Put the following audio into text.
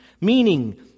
meaning